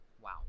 Wow